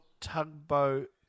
tugboat